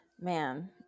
man